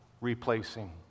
replacing